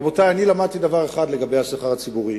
רבותי, למדתי דבר אחד לגבי השכר הציבורי.